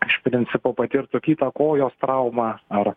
iš principo patirtų kitą kojos traumą ar